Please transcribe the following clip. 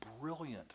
brilliant